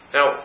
Now